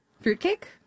fruitcake